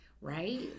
right